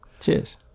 Cheers